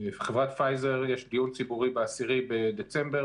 לחברת "פייזר" יש דיון ציבורי ב-10 בדצמבר,